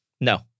No